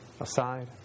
aside